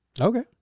Okay